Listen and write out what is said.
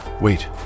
Wait